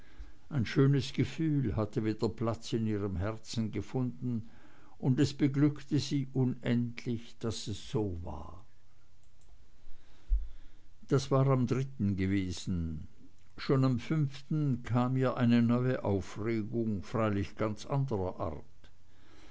ein schönes gefühl hatte wieder platz in ihrem herzen gefunden und es beglückte sie unendlich daß es so war das war am gewesen schon am fünften kam ihr eine neue aufregung freilich ganz anderer art